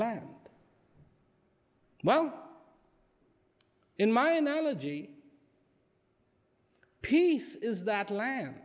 land well in my analogy peace is that land